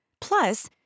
Plus